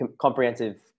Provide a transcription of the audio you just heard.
Comprehensive